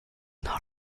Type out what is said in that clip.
not